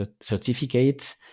certificate